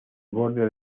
borde